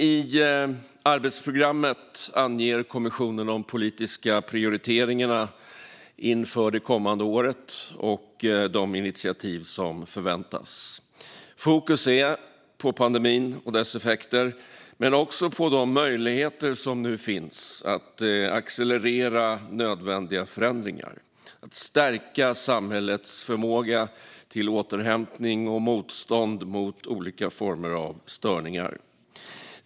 I arbetsprogrammet anger kommissionen de politiska prioriteringarna inför det kommande året och de initiativ som förväntas. Fokus är på pandemin och dess effekter men också på de möjligheter som nu finns att accelerera nödvändiga förändringar och stärka samhällets förmåga till återhämtning och motstånd mot olika former av störningar.